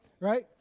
Right